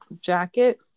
jacket